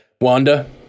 Wanda